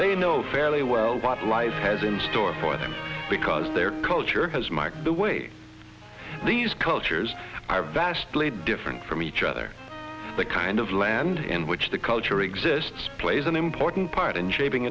they know fairly well but life has in store for them because their culture has marked the way these cultures are vastly different from each other the kind of land in which the culture exists plays an important part in shaping